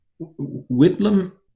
Whitlam